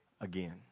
again